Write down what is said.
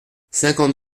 cinquante